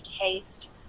taste